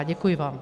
Děkuji vám.